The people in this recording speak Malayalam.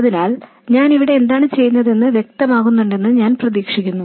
അതിനാൽ ഞാൻ ഇവിടെ എന്താണ് ചെയ്യുന്നതെന്ന് വ്യക്തമാകുന്നുണ്ടെന്ന് ഞാൻ പ്രതീക്ഷിക്കുന്നു